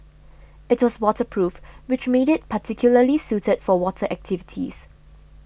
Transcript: it was waterproof which made it particularly suited for water activities